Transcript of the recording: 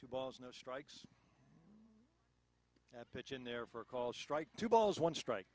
two balls no strikes at pitch in there for a called strike two balls one strike